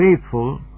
faithful